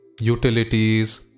utilities